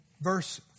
verse